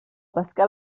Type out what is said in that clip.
pescar